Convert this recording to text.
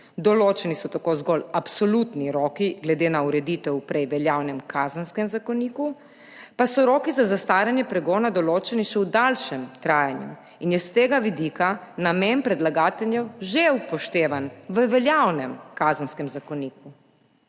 določeni so tako zgolj absolutni roki glede na ureditev v prej veljavnem Kazenskem zakoniku, pa so roki za zastaranje pregona določeni še v daljšem trajanju, in je s tega vidika namen predlagateljev že upoštevan v veljavnem Kazenskem zakoniku.